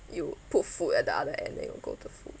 you put food at the other end they will go to food